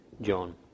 John